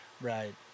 Right